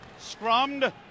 scrummed